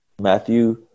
Matthew